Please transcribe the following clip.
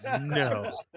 No